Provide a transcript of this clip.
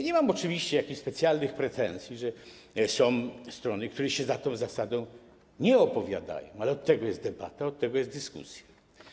Nie mam oczywiście jakichś specjalnych pretensji, że są strony, które się za tą zasadą nie opowiadają, ale od tego jest debata, od tego jest dyskusja.